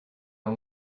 how